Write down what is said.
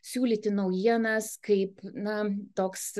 siūlyti naujienas kaip na toks